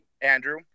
Andrew